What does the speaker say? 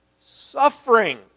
suffering